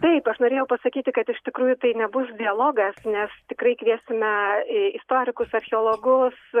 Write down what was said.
taip aš norėjau pasakyti kad iš tikrųjų tai nebus dialogas nes tikrai kviesime į istorikus archeologus